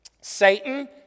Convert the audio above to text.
Satan